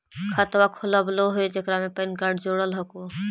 खातवा खोलवैलहो हे जेकरा मे पैन कार्ड जोड़ल हको?